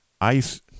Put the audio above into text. ice